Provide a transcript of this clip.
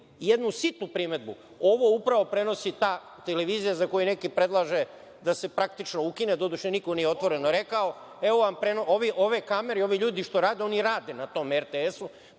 ovde. Jednu sitnu primedbu, ovo upravo prenosi ta televizija za koju neki predlažu da se, praktično, ukine, doduše, niko nije otvoreno rekao. Evo vam prenosa, ove kamere i ovi ljudi što rade, oni rade na tom RTS-u.